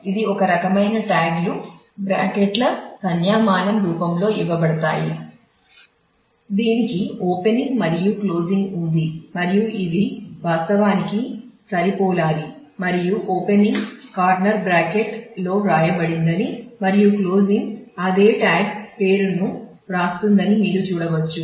ఇది ఒక రకమైన ట్యాగ్లు సంజ్ఞామానం రూపంలో ఇవ్వబడతాయి